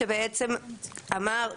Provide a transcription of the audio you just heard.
שבעצם אמר,